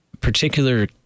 particular